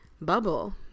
bubble